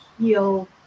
heal